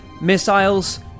Missiles